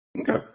Okay